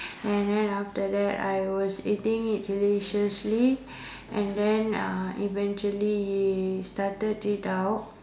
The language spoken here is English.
and then after that I was eating it deliciously and then uh eventually he started it out